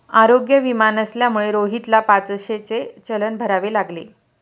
आरोग्य विमा नसल्यामुळे रोहितला पाचशेचे चलन भरावे लागले